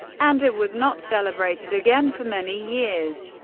and it was not celebrated again for many years.